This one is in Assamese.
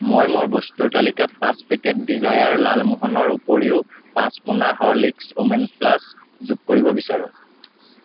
মই মোৰ বস্তুৰ তালিকাত পাঁচ পেকেট ডিজায়াৰ লালমোহনৰ উপৰিও পাঁচ মোনা হৰ্লিক্ছ ৱোমেন্ছ প্লাছ যোগ কৰিব বিচাৰোঁ